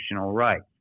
rights